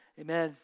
Amen